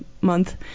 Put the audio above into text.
month